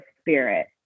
spirit